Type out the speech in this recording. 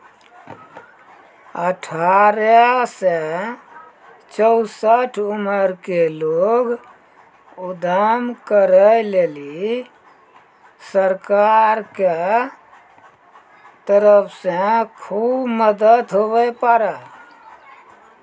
अठारह से चौसठ उमर के लोग उद्यम करै लेली सरकार के तरफ से खुब मदद हुवै पारै